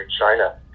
China